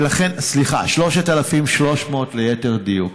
סליחה, 3,300, ליתר דיוק.